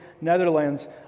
Netherlands